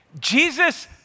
Jesus